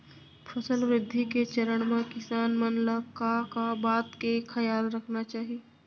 फसल वृद्धि के चरण म किसान मन ला का का बात के खयाल रखना चाही?